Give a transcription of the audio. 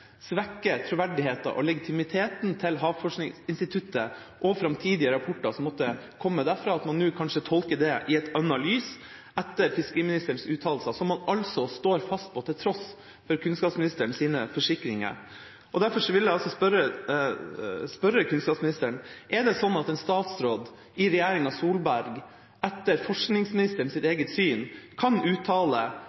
legitimiteten til Havforskningsinstituttet og framtidige rapporter som måtte komme derfra, at man nå kanskje tolker det i et annet lys etter fiskeriministerens uttalelser, som han altså står fast på, til tross for kunnskapsministerens forsikringer. Derfor vil jeg spørre kunnskapsministeren: Er det sånn at en statsråd i regjeringa Solberg etter